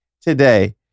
today